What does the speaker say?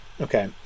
okay